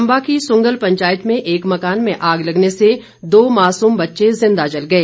चंबा की सुंगल पंचायत में एक मकान में आग लगने से दो मासूम बच्चे जिंदा जल गए